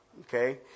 Okay